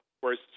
Whereas